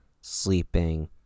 sleeping